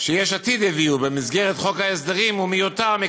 שיש עתיד הביאו במסגרת חוק ההסדרים מיותרות,